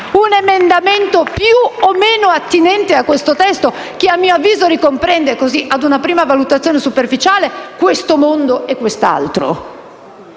un emendamento più o meno attinente a questo testo, che a mio avviso ricomprende, ad una prima valutazione superficiale, questo mondo e quest'altro?